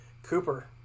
Cooper